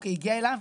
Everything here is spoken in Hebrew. הגיע אליו,